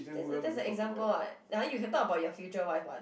that's the that's the example [what] ah you can talk about your future wife [what]